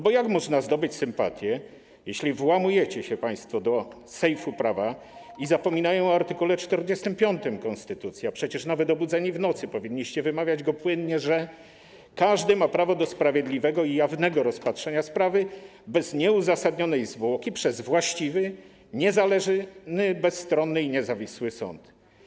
Bo jak można zdobyć sympatię, jeśli włamujecie się państwo do sejfu prawa i zapominacie o art. 45 konstytucji, a przecież nawet obudzeni w nocy powinniście wymawiać go płynnie: każdy ma prawo do sprawiedliwego i jawnego rozpatrzenia sprawy bez nieuzasadnionej zwłoki przez właściwy, niezależny, bezstronny i niezawisły sąd?